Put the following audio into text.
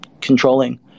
controlling